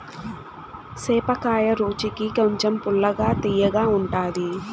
సేపకాయ రుచికి కొంచెం పుల్లగా, తియ్యగా ఉంటాది